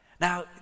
Now